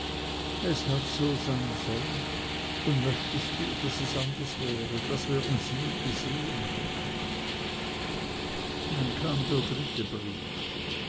es hat so sein sollen und möchtest du daß es anders wäre daß wir uns nie gesehen hätten dann kam der dritte brief